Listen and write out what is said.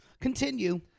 Continue